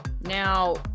now